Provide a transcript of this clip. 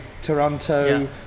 Toronto